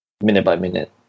minute-by-minute